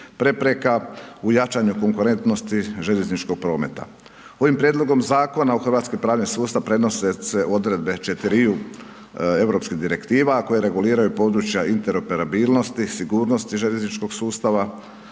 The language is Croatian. prepreka u jačanju konkurentnosti željezničkog prometa. Ovim prijedlogom zakona u hrvatski pravni sustav prenose se odredbe četiriju europskih direktiva koje reguliraju područja interoperabilnosti, sigurnosti željezničkog sustava,